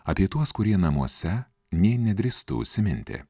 apie tuos kurie namuose nė nedrįstu užsiminti